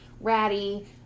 ratty